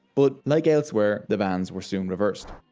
but like elsewhere the bans were soon reversed.